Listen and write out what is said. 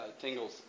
tingles